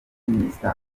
minister